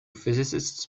physicists